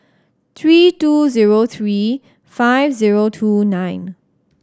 three two zero three five zero two nine